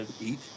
eat